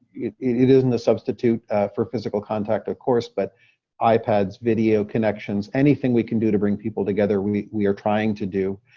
it isn't a substitute for physical contact, of course. but ipads, video connections, anything we can do to bring people together, we we are trying to do.